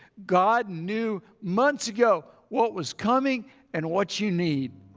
god new months ago what was coming and what you need.